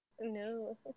no